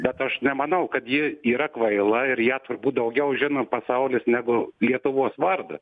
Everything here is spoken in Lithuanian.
bet aš nemanau kad ji yra kvaila ir ją turbūt daugiau žino pasaulis negu lietuvos vardą